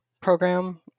program